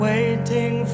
Waiting